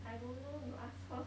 I don't know you ask her